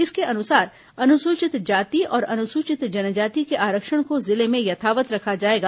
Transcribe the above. इसके अनुसार अनुसूचित जाति और अनुसूचित जनजाति के आरक्षण को जिले में यथावत् रखा जाएगा